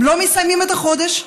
לא מסיימים את החודש,